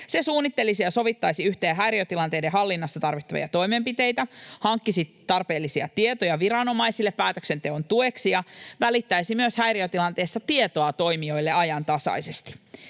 Se suunnittelisi ja sovittaisi yhteen häiriötilanteiden hallinnassa tarvittavia toimenpiteitä, hankkisi tarpeellisia tietoja viranomaisille päätöksenteon tueksi ja välittäisi myös häiriötilanteessa tietoa toimijoille ajantasaisesti.